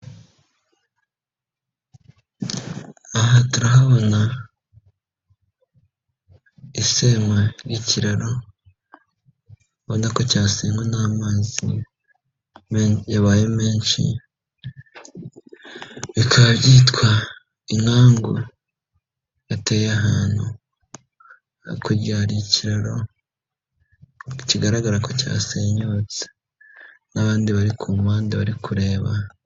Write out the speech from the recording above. Aha turahabona isenywa ry'ikiraro ubona ko cyasenywe n'amazi yabaye menshi bikaba byitwa inkangu yateye ahantu, hakurya hari ikiraro kigaragara ko cyasenyutse n'abandi bari ku mpande bari kureba.